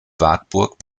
wartburg